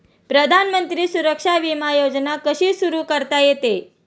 प्रधानमंत्री सुरक्षा विमा योजना कशी सुरू करता येते?